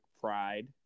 pride